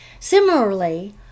Similarly